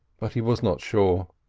but he was not sure.